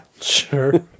sure